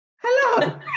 hello